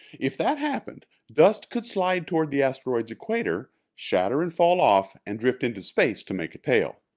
if that happened, dust could slide toward the asteroid's equator, shatter and fall off, and drift into space to make a tail.